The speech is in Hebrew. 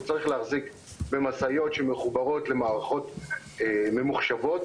הוא צריך להחזיק משאיות שמחוברות למערכות ממוחשבות